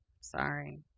Sorry